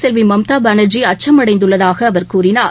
செல்வி மம்தா பானர்ஜி அச்சம் அடைந்துள்ளதாக அவர் கூறினார்